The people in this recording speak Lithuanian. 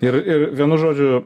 ir ir vienu žodžiu